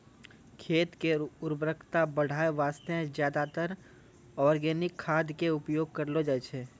खेत के उर्वरता बढाय वास्तॅ ज्यादातर आर्गेनिक खाद के उपयोग करलो जाय छै